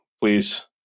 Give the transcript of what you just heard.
please